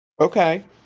Okay